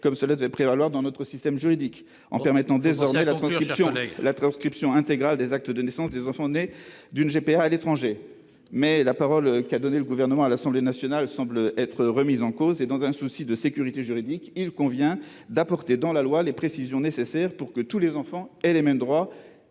qui devrait prévaloir dans notre système juridique -, en permettant désormais la transcription intégrale des actes de naissance des enfants français nés d'une GPA à l'étranger, mais la parole donnée par le Gouvernement à l'Assemblée nationale semble remise en cause. Dans un souci de sécurité juridique, il convient donc d'apporter dans la loi les précisions nécessaires pour que tous les enfants aient les mêmes droits